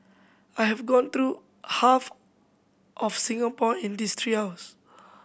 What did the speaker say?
I have gone through half of Singapore in these three hours